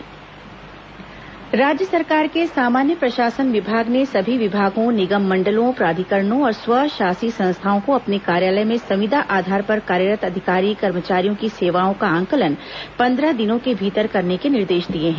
संविदा कर्मचारी सेवा आंकलन राज्य सरकार के सामान्य प्रशासन विभाग ने सभी विभागों निगम मंडलों प्राधिकरणों और स्वशासी संस्थाओं को अपने कार्यालय में संविदा आधार पर कार्यरत अधिकारी कर्मचारियों की सेवाओं का आंकलन पंद्रह दिनों के भीतर करने के निर्देश दिए हैं